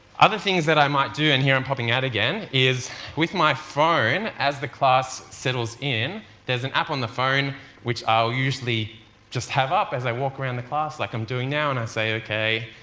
other things that i might do and here i'm popping out again is with my phone as the class settles in there's an app on the phone which i'll usually just have up as i walk around the class like i'm doing now and i say okay,